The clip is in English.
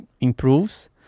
improves